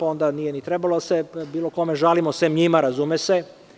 Onda nije ni trebalo da se bilo kome žalimo sem njima, razume se.